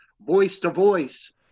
voice-to-voice